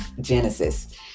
Genesis